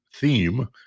theme